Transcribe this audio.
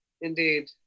Indeed